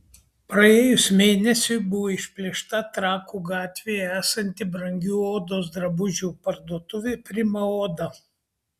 praėjus mėnesiui buvo išplėšta trakų gatvėje esanti brangių odos drabužių parduotuvė prima oda